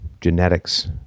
genetics